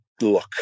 look